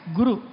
Guru